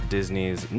Disney's